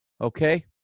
okay